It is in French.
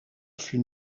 fut